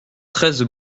treize